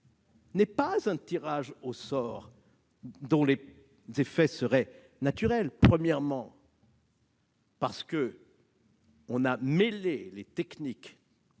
n'est pas un tirage au sort dont les effets seraient naturels. Premièrement, parce que l'on a mêlé au tirage au sort les techniques